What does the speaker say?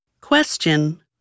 Question